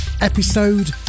episode